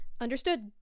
Understood